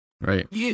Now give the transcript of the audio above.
Right